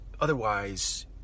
otherwise